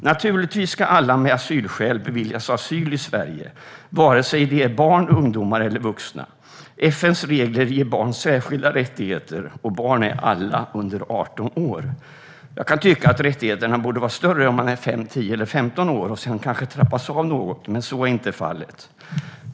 Naturligtvis ska alla med asylskäl beviljas asyl i Sverige oavsett om de är barn, ungdomar eller vuxna. FN:s regler ger barn särskilda rättigheter, och barn är alla under 18 år. Jag kan tycka att rättigheterna borde vara större om man är 5, 10 eller 15 år och sedan trappas av något, men så är inte fallet.